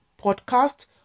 podcast